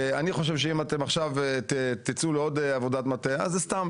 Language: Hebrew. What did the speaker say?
אני חושב שאם עכשיו תצאו לעוד עבודת מטה אז זה סתם,